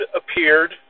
appeared